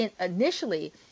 initially